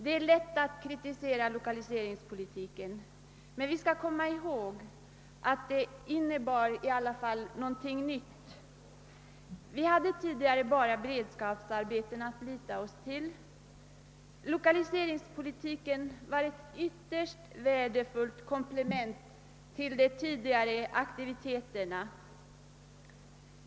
Det är lätt att kritisera lokaliseringspolitiken. Men vi skall komma ihåg att den i alla fall innebar någonting nytt. Vi hade tidigare bara beredskapsarbeten att lita oss till. Lokaliseringspolitiken var ett ytterst värdefullt komplement till de tidigare aktiviteterna.